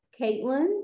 Caitlin